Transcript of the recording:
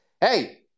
hey